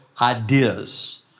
ideas